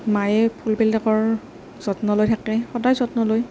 মায়ে ফুলবিলাকৰ যত্ন লৈ থাকে সদায় যত্ন লয়